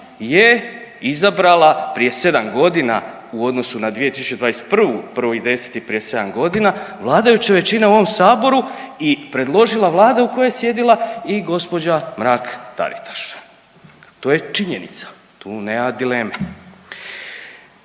je izabrala prije 7 godina u odnosu na 2021., 1.10. prije 7 godina, vladajuća većina u ovom Saboru i predložila Vlada u kojoj je sjedila i gđa. Mrak-Taritaš. To je činjenica, tu nema dileme.